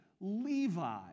Levi